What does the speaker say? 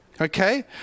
Okay